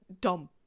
dumb